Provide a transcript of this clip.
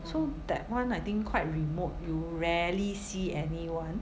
so that one I think quite remote you rarely see anyone